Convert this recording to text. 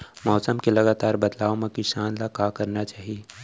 मौसम के लगातार बदलाव मा किसान ला का करना चाही?